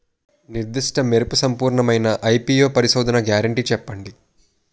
నిర్దిష్ట మెరుపు సంపూర్ణమైన ఐ.పీ.ఎం పరిశోధన గ్యారంటీ చెప్పండి?